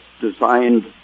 designed